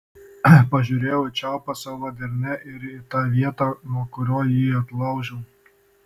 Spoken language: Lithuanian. pažiūrėjau į čiaupą savo delne ir į tą vietą nuo kurio jį atlaužiau